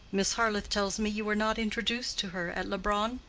miss harleth tells me you were not introduced to her at leubronn?